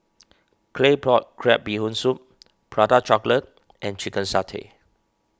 Claypot Crab Bee Hoon Soup Prata Chocolate and Chicken Satay